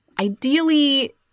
ideally